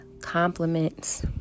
compliments